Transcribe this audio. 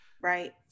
Right